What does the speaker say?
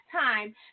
time